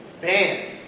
banned